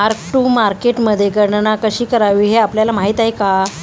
Mark to मार्केटमध्ये गणना कशी करावी हे आपल्याला माहित आहे का?